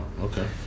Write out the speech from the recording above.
okay